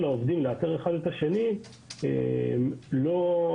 העובדים לאתר אחד את השני אינה מלאה,